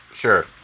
Sure